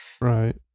Right